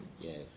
Yes